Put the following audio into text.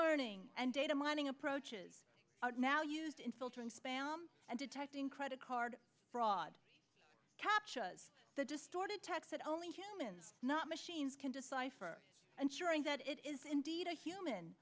learning and data mining approaches are now used in filtering spam and detecting credit card fraud captures the distorted text that only humans not machines can decipher ensuring that it is indeed a human